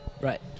Right